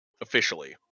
Officially